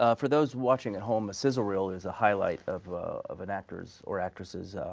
ah for those watching at home a sizzle reel is a highlight of ah of an actors or actresses